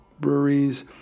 breweries